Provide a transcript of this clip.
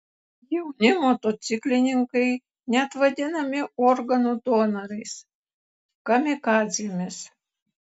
jauni motociklininkai net vadinami organų donorais kamikadzėmis